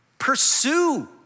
Pursue